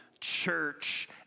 church